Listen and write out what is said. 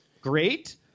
great